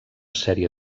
sèrie